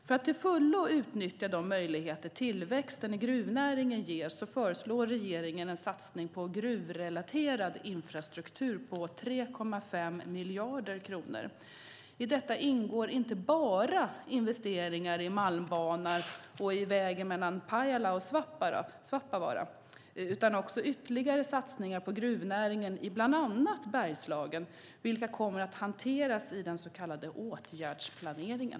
För att till fullo utnyttja de möjligheter tillväxten i gruvnäringen ger, föreslår regeringen en satsning på gruvrelaterad infrastruktur på 3,5 miljarder kronor. I detta ingår inte bara investeringar i Malmbanan och i vägen mellan Pajala och Svappavaara utan också ytterligare satsningar på gruvnäringen i bland annat Bergslagen, vilka kommer att hanteras i den så kallade åtgärdsplaneringen.